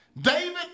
David